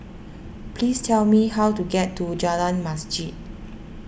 please tell me how to get to Jalan Masjid